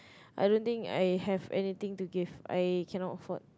I don't think I have any thing to give I cannot afford